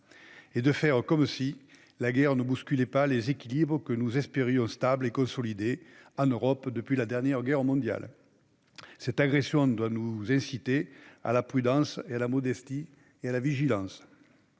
faire comme si la guerre ne bousculait pas les équilibres européens, que nous espérions stables et consolidés depuis la Seconde Guerre mondiale. Cette agression doit nous inciter à la prudence, à la modestie et à la vigilance.